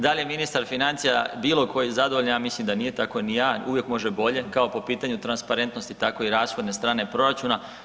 Dal je ministar financija bilo koji zadovoljan, ja mislim da nije, tako ni ja, uvijek može bolje, kao po pitanju transparentnosti tako i rashodne strane proračuna.